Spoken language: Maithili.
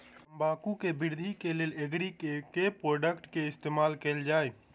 तम्बाकू केँ वृद्धि केँ लेल एग्री केँ के प्रोडक्ट केँ इस्तेमाल कैल जाय?